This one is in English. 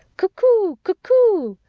cuc-koo! cuc-koo!